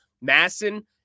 Masson